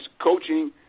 coaching